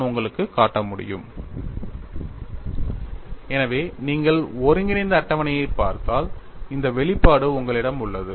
slide நேரம் 2507 ஐப் பார்க்கவும் எனவே நீங்கள் ஒருங்கிணைந்த அட்டவணையைப் பார்த்தால் இந்த வெளிப்பாடு உங்களிடம் உள்ளது